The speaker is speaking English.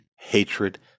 hatred